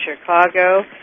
Chicago